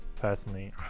personally